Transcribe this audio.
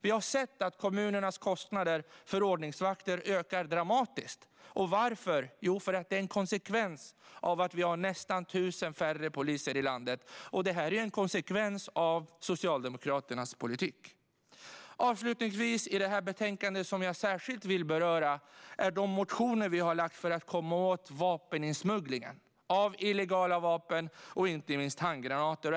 Vi har sett att kommunernas kostnader för ordningsvakter ökar dramatiskt. Varför? Det är en konsekvens av att vi har nästan 1 000 färre poliser i landet, och det är en konsekvens av Socialdemokraternas politik. Avslutningsvis vill jag i debatten om detta betänkande särskilt beröra de motioner vi har väckt om att komma åt vapeninsmugglingen av illegala vapen och inte minst handgranater.